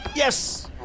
Yes